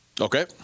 Okay